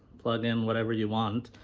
plug in whatever you want,